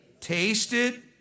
tasted